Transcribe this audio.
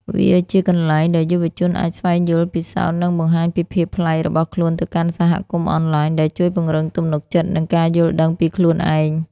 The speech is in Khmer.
វាជាកន្លែងដែលយុវជនអាចស្វែងយល់ ពិសោធន៍ និងបង្ហាញពីភាពប្លែករបស់ខ្លួនទៅកាន់សហគមន៍អនឡាញ ដែលជួយពង្រឹងទំនុកចិត្ត និងការយល់ដឹងពីខ្លួនឯង។